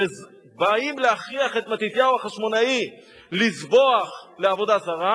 באים להכריח את מתתיהו החשמונאי לזבוח לעבודה זרה,